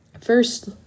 First